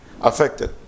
affected